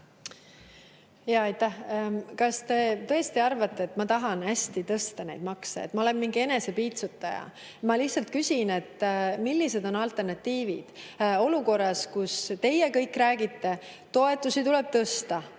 Aitäh! Kas te tõesti arvate, et ma väga tahan tõsta makse, et ma olen mingi enesepiitsutaja? Ma lihtsalt küsin, et millised on alternatiivid olukorras, kus teie kõik räägite, et toetusi tuleb tõsta,